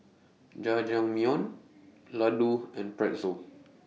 Jajangmyeon Ladoo and Pretzel